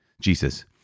Jesus